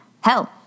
Hell